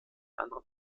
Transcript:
anderen